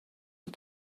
die